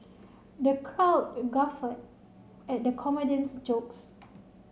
the crowd guffawed at the comedian's jokes